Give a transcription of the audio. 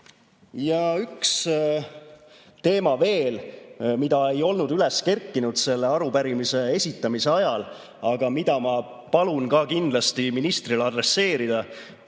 teema veel, mis ei olnud üles kerkinud selle arupärimise esitamise ajal, aga mida ma palun ka kindlasti ministril adresseerida.